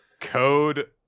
Code